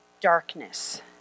darkness